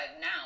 now